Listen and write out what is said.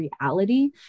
reality